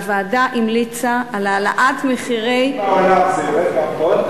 הוועדה המליצה על העלאת מחירי, כשהמחירים יורדים